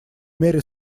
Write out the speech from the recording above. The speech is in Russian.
мере